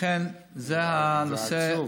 ולכן, זה הנושא, זה עצוב.